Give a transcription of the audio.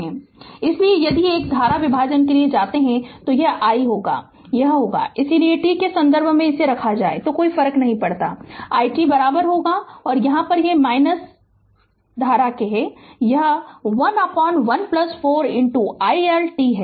Refer Slide Time 2640 इसलिए यदि एक धारा विभाजन के लिए जाते हैं तो यह i यह होगा यदि t के संदर्भ में रखा जाए तो कोई फर्क नहीं पड़ता i t यह होगा वर्तमान है यह 1 1 4 i L t है